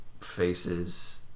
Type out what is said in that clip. faces